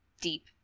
deep